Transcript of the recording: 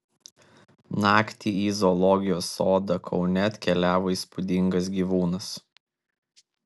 naktį į zoologijos sodą kaune atkeliavo įspūdingas gyvūnas